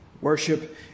Worship